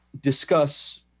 discuss